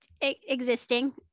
existing